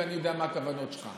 ואני יודע מה הכוונות שלך.